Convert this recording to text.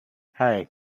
hey